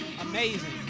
Amazing